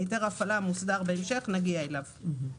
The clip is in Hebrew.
היתר ההפעלה מוסדר בהמשך, ונגיע אליו.